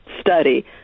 study